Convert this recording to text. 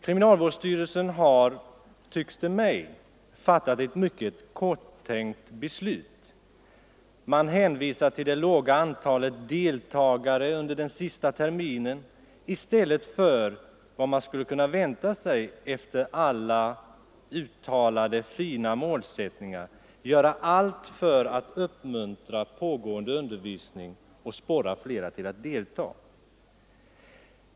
Kriminalvårdsstyrelsen har, tycks det mig, fattat ett mycket korttänkt beslut. Man hänvisar till det låga antalet deltagare under den sista terminen i stället för att — som man kunde väntat sig efter alla uttalade fina målsättningar — göra allt för att uppmuntra pågående undervisning och sporra fler till att delta.